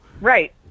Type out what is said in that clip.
right